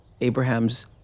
Abraham's